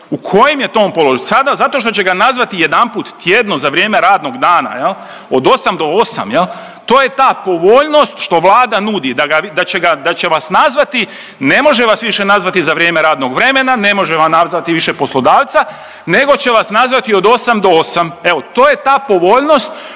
u kojem je on to polož… sada zato što će ga nazvati jedanput tjedno za vrijeme radnog dana od osam do osam. To je ta povoljnost što Vlada nudi da će vas nazvati, ne može vas više nazvati za vrijeme radnog vremena, ne može vam nazvati više poslodavca nego će vas nazvati od osam do osam, evo to je ta povoljnost